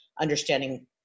Understanding